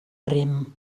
rem